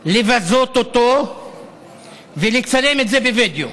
לבזות אותו ולצלם את זה בווידאו,